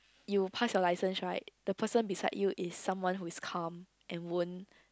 you pass your license right the person beside you is someone who is calm and won't